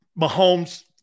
Mahomes